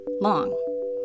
Long